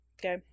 okay